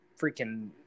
freaking